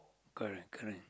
correct correct